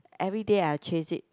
everyday I will chase it